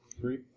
Three